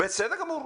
בסדר גמור.